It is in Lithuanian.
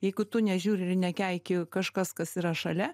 jeigu tu nežiūri ir nekeiki kažkas kas yra šalia